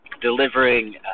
delivering